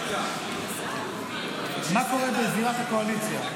מה קורה בזירת הקואליציה?